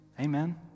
Amen